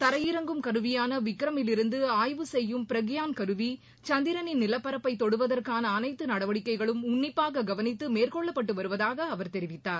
தரையிறங்கும் கருவியான விக்ரமில் இருந்து ஆய்வு செய்யும் ப்ரக்யான் கருவி சந்திரனின் நிலபரப்பை தொடுவதற்கான அனைத்து நடவடிக்கைகளும் உன்னிப்பாக கவனித்து மேற்கொள்ளப்பட்டு வருவதாக அவர் தெரிவித்தார்